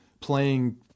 playing